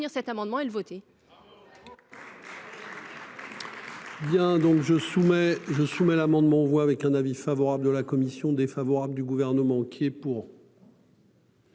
Bien donc je soumets je suis mal amendement voit avec un avis favorable de la commission défavorable du gouvernement qui est pour.